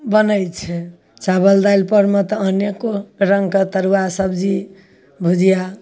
बनैत छै चावल दालि परमे तऽ अनेको रङ्गके तरुआ सबजी भुजिआ